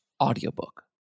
audiobook